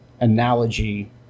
analogy